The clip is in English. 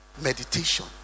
meditation